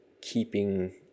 keeping